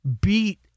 beat